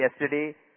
yesterday